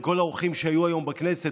עם כל האורחים שהיו היום בכנסת,